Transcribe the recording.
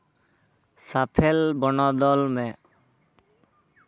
ᱥᱟᱯᱷᱮᱞ ᱵᱚᱱᱚᱫᱚᱞ ᱢᱮ